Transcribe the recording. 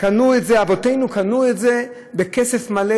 שאבותינו קנו בכסף מלא,